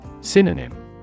Synonym